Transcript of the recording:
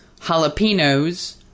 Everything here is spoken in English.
jalapenos